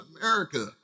America